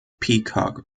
peacock